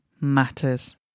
matters